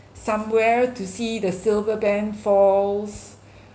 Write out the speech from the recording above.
somewhere to see the silverband falls